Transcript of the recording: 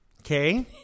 Okay